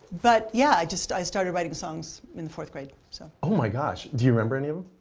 but yeah, i just i started writing songs in the fourth grade. so. oh my gosh. do you remember any of